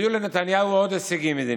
והיו לנתניהו עוד הישגים מדיניים,